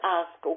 ask